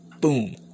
Boom